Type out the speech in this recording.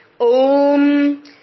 Om